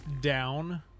down